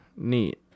Neat